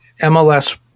mls